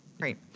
Great